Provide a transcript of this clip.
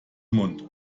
mund